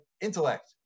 intellect